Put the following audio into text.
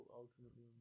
ultimately